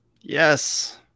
Yes